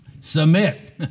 Submit